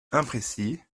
imprécis